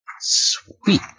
Sweet